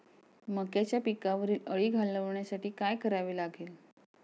मक्याच्या पिकावरील अळी घालवण्यासाठी काय करावे लागेल?